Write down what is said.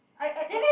I I I